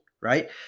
right